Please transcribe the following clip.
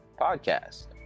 Podcast